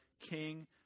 king